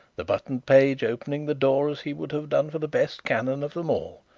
the buttoned page opening the door, as he would have done for the best canon of them all.